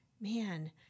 man